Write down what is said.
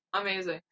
amazing